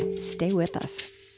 stay with us